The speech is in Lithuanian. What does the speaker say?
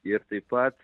ir taip pat